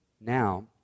now